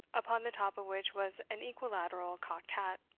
upon the top of which was an equilateral cocked hat.